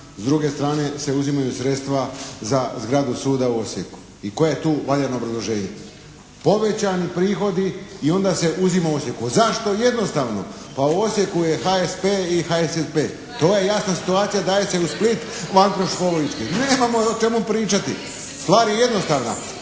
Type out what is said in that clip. s druge strane se uzimaju sredstva za zgradu suda u Osijeku i koje je tu valjano obrazloženje. Povećani prihodi i onda se uzima u Osijeku. Zašto? Jednostavno, pa u Osijeku je HSP i HSSP. To je jasna situacija. Daje se u Split … /Ne razumije se./ … nemamo o čemu pričati. Stvar je jednostavna.